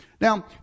Now